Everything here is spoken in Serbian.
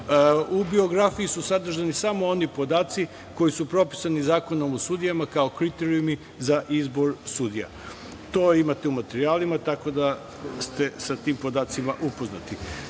biografiji su sadržani samo oni podaci koji su propisani Zakonom o sudijama, kao kriterijumi za izbor sudija. To imate u materijalima, tako da ste sa tim podacima upoznati. Da